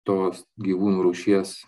tos gyvūnų rūšies